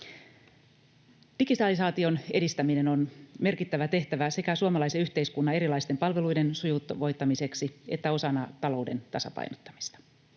Digitalisaation edistäminen on merkittävä tehtävä sekä suomalaisen yhteiskunnan erilaisten palveluiden sujuvoittamiseksi että osana talouden tasapainottamista.